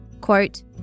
Quote